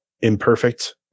imperfect